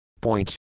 Point